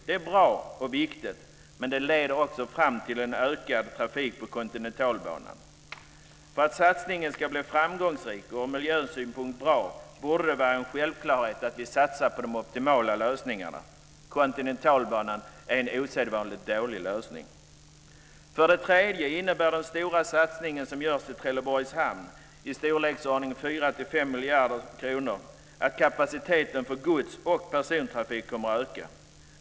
Det är bra och viktigt, men det leder också fram till en ökad trafik på Kontinentalbanan. För att satsningen ska bli framgångsrik och bra ur miljösynpunkt borde det vara en självklarhet att satsa på de optimala lösningarna. Kontinentalbanan är en osedvanligt dålig lösning. För det tredje innebär den stora satsningen som görs vid Trelleborgs hamn, i storleksordningen 4-5 miljarder kronor, att kapaciteten för gods och persontrafik kommer att öka.